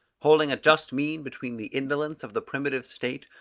holding a just mean between the indolence of the primitive state,